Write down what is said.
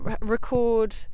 record